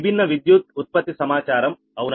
విభిన్న విద్యుత్ ఉత్పత్తి సమాచారం అవునా